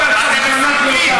אתם מסלפים את ההיסטוריה.